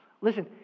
Listen